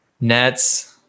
Nets